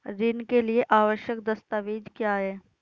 ऋण के लिए आवश्यक दस्तावेज क्या हैं?